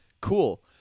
cool